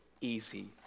easy